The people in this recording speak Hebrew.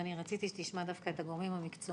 אני רציתי שתשמע דווקא את הגורמים המקצועיים.